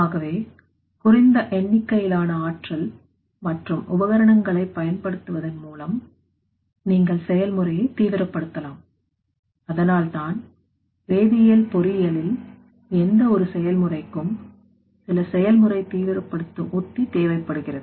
ஆகவே குறைந்த எண்ணிக்கையிலான ஆற்றல் மற்றும் உபகரணங்களைப் பயன்படுத்துவதன் மூலம் நீங்கள் செயல்முறையை தீவிரப்படுத்தலாம் அதனால்தான் வேதியியல் பொறியியலில் எந்த ஒரு செயல்முறைக்கும் சில செயல்முறை தீவிரப்படுத்தும் உத்தி தேவைப்படுகிறது